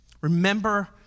Remember